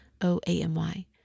O-A-M-Y